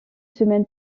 semaine